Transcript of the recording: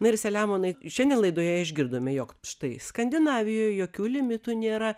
na ir selemonai šiandien laidoje išgirdome jog štai skandinavijoj jokių limitų nėra